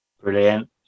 Brilliant